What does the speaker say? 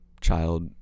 Child